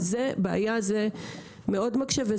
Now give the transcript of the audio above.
זו בעיה שמאוד מקשה.